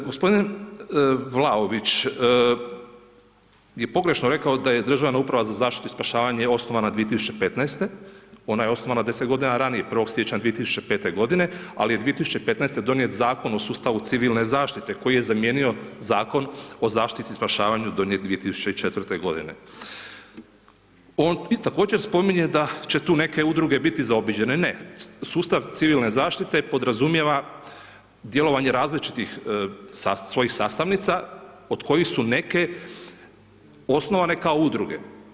G. Vlaović je pogrešno rekao da je državna uprava za zaštitu i spašavanje osnovana 2015. ona je osnovana 10 g. ranije 1.1.2005. g. ali je 2015. donijet Zakon o sustavu civilne zaštite koji je zamijenio Zakon o zaštiti i spašavanju donijet 2004. g. On i također spominje da će tu neke udruge biti zaobiđene, ne sustav civilne zaštite podrazumijeva djelovanje različitih svojih sastavnica, od kojih su neke osnovane kao udruge.